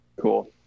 Cool